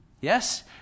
Yes